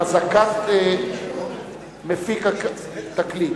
חזקת מפיק תקליט).